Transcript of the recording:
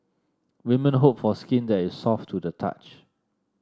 women hope for skin that is soft to the touch